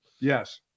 Yes